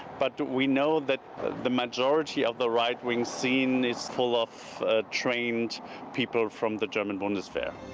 but but we know that the majority of the right-wing scene is full of trained people from the german bundeswehr.